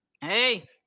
hey